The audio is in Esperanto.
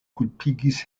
kulpigis